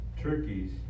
turkeys